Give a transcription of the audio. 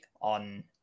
on